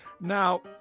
Now